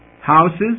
houses